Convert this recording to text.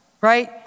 right